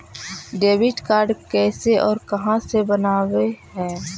Debit card कैसे और कहां से बनाबे है?